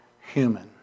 human